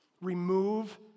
Remove